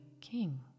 king